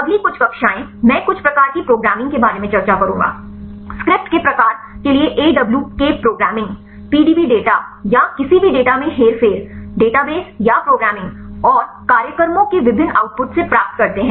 अगली कुछ कक्षाएं मैं कुछ प्रकार की प्रोग्रामिंग के बारे में चर्चा करूंगा स्क्रिप्ट के प्रकार के लिए awk प्रोग्रामिंग PDB डेटा या किसी भी डेटा में हेरफेर डेटाबेस या प्रोग्रामिंग और कार्यक्रमों के विभिन्न आउटपुट से प्राप्त करते हैं